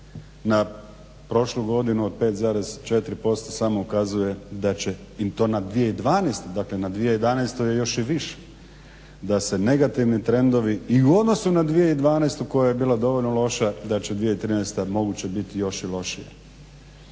na prošlu godinu od 5,4% samo ukazuje da će i to na 2012., dakle na 2011. je još i više, da se negativni trendovi i u odnosu na 2012. koja je bila dovoljno loša da će 2013. moguće biti još i lošija.